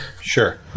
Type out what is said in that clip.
sure